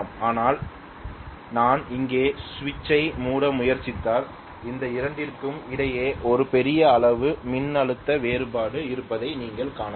ஆனால் நான் இங்கே சுவிட்சை மூட முயற்சித்தால் இந்த இரண்டிற்கும் இடையே ஒரு பெரிய அளவு மின்னழுத்த வேறுபாடு இருப்பதை நீங்கள் காணலாம்